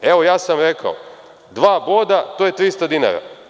Evo, ja sam rekao, dva boda to je 300 dinara.